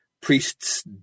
priests